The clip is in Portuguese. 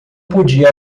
podia